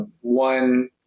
one